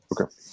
okay